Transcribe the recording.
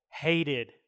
hated